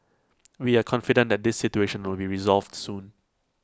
we are confident that this situation will be resolved soon